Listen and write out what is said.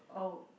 oh